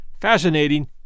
fascinating